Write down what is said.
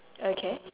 okay